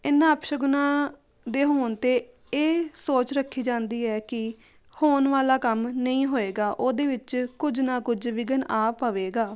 ਇਹਨਾਂ ਅਪਸ਼ਗਨਾਂ ਦੇ ਹੋਣ 'ਤੇ ਇਹ ਸੋਚ ਰੱਖੀ ਜਾਂਦੀ ਹੈ ਕਿ ਹੋਣ ਵਾਲਾ ਕੰਮ ਨਹੀਂ ਹੋਏਗਾ ਉਹਦੇ ਵਿੱਚ ਕੁਝ ਨਾ ਕੁਝ ਵਿਘਨ ਆ ਪਵੇਗਾ